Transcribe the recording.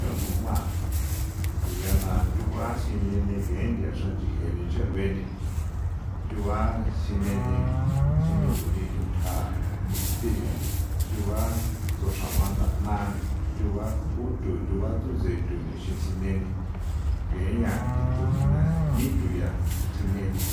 Thunua' thuya na nchuba tuya sineye nthia xran nch'i cha'be ni nchuba sineni sine uni nuthja' nuthe' yugua xruxra'uan ndajna yugua uthu nchugua tuse thu nexein sineni ken ña ndithu jina jni thuya sineni